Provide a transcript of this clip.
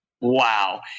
Wow